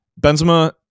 Benzema